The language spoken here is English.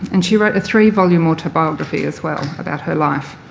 and she wrote a three volume autobiography as well about her life.